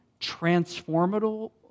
transformable